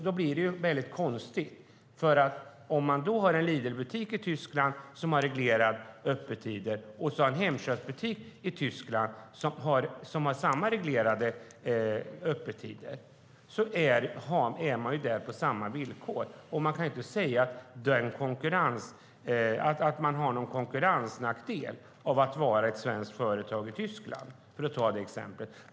Då blir det väldigt konstigt, för om man har en Lidlbutik som har reglerade öppettider och en Hemköpbutik i Tyskland som har samma reglerade öppettider är man nämligen där på samma villkor. Man kan inte säga att man har någon konkurrensnackdel av att vara ett svenskt företag i Tyskland, för att ta det exemplet.